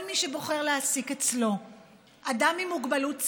כל מי שבוחר להעסיק אצלו אדם עם מוגבלות שכלית,